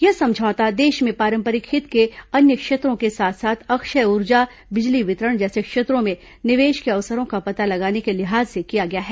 यह समझौता देश में पारंपरिक हित के अन्य क्षेत्रों के साथ साथ अक्षय ऊर्जा बिजली वितरण जैसे क्षेत्रों में निवेश के अवसरों का पता लगाने के लिहाज से किया गया है